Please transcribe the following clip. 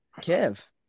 Kev